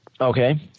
Okay